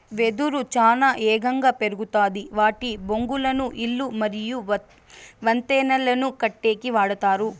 వెదురు చానా ఏగంగా పెరుగుతాది వాటి బొంగులను ఇల్లు మరియు వంతెనలను కట్టేకి వాడతారు